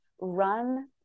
Run